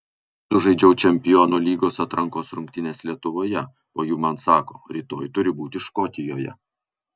sužaidžiau čempionų lygos atrankos rungtynes lietuvoje po jų man sako rytoj turi būti škotijoje